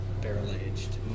barrel-aged